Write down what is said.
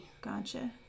Gotcha